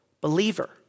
believer